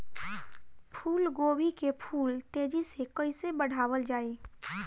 फूल गोभी के फूल तेजी से कइसे बढ़ावल जाई?